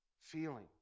feeling